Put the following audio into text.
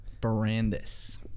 Brandis